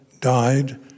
died